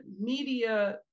media